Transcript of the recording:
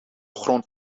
grond